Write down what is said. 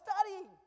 studying